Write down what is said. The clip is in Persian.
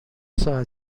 راه